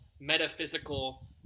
metaphysical